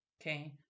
Okay